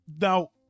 Now